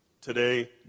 today